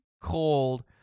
cold